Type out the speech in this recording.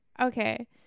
okay